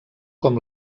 com